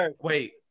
Wait